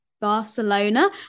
Barcelona